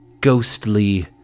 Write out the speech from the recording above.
ghostly